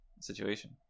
situation